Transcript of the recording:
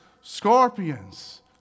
scorpions